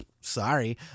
Sorry